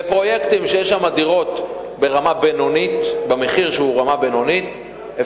בפרויקטים שיש בהם דירות במחיר ברמה בינונית,